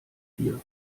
hier